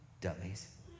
dummies